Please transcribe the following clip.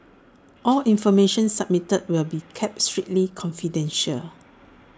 all information submitted will be kept strictly confidential